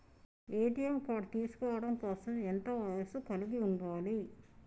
ATM card తీసుకోవడం కోసం ఎంత వయస్సు కలిగి ఉండాలి?